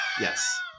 Yes